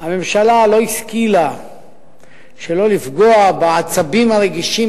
הממשלה לא השכילה שלא לפגוע בעצבים הרגישים